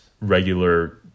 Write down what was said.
regular